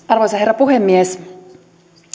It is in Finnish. arvoisa herra puhemies